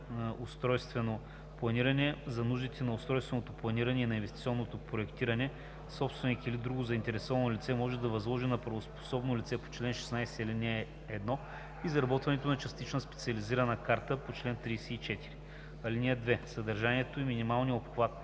устройствено планиране, за нуждите на устройственото планиране и на инвестиционното проектиране собственик или друго заинтересувано лице може да възложи на правоспособно лице по чл. 16, ал. 1 изработването на частична специализирана карта по чл. 34. (2) Съдържанието и минималният обхват